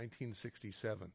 1967